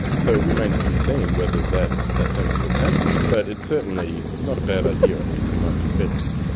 so it remains to be seen whether that's a sensible tactic but it's certainly not a bad idea i think from my perspective.